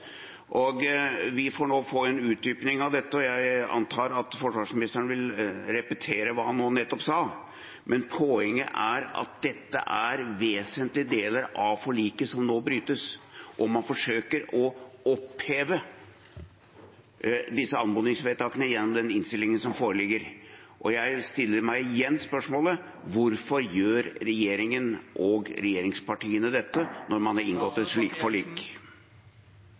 Vi får nå få en utdyping av dette. Jeg antar at forsvarsministeren vil repetere hva han nå nettopp sa, men poenget er at det er vesentlige deler av forliket som nå brytes, og man forsøker å oppheve disse anmodningsvedtakene gjennom den innstillingen som foreligger. Jeg stiller igjen spørsmålet: Hvorfor gjør regjeringen og regjeringspartiene dette, når man har inngått et slikt forlik?